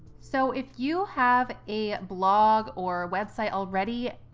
so if you have a blog or website already,